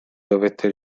dovette